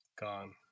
gone